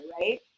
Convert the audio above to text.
Right